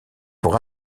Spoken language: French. pour